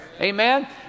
amen